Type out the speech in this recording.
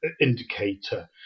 indicator